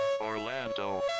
Orlando